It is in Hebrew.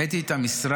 מסמכים.